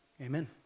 Amen